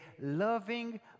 loving